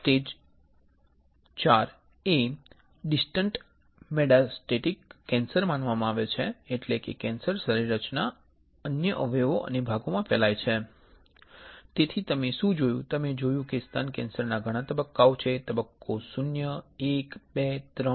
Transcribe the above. stage IV એ distant metastatic cancer માનવામાં આવે છે એટલે કે તેથી તમે શુ જોયું તમે જોયું કે સ્તન કેન્સરના ઘણા તબક્કાઓ છે તબક્કો 0 I II III IV